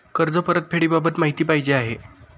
कर्ज परतफेडीबाबत माहिती पाहिजे आहे